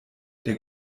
der